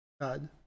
God